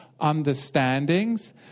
understandings